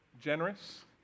generous